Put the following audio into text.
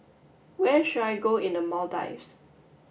where should I go in a Maldives